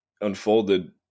unfolded